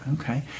Okay